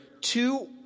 two